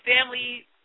family